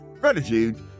Gratitude